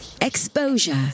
Exposure